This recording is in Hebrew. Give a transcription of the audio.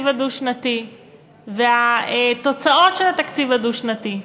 הדו-שנתי והתוצאות של התקציב הדו-שנתי.